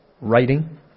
writing